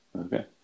Okay